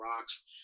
rocks